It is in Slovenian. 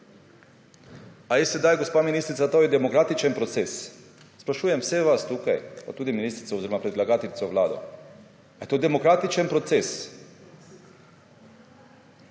Ali je, gospa ministrica, to demokratičen proces? Sprašujem vse vas tukaj, pa tudi ministrico oziroma predlagateljico vlado − ali je to demokratičen proces?